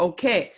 Okay